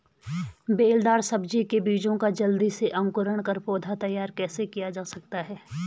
बेलदार सब्जी के बीजों का जल्दी से अंकुरण कर पौधा तैयार कैसे किया जा सकता है?